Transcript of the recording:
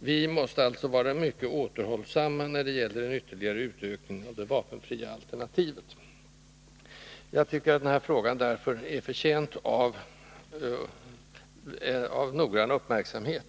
Vi måste alltså vara mycket återhållsamma när det gäller en ytterligare utökning av det vapenfria alternativet. Jag tycker därför att denna fråga är förtjänt av noggrann uppmärksamhet.